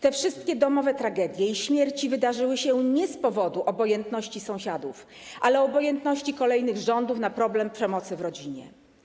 Te wszystkie domowe tragedie i śmierci wydarzyły się nie z powodu obojętności sąsiadów, ale obojętności kolejnych rządów na problem przemocy w rodzinie.